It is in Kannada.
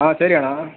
ಹಾಂ ಸರಿ ಅಣ್ಣ